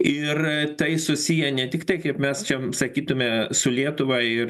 ir tai susiję ne tik tai kaip mes čia sakytume su lietuva ir